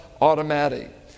automatic